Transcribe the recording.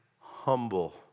humble